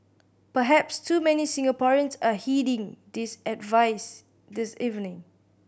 perhaps too many Singaporeans are heeding this advice this evening